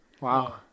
Wow